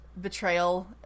betrayal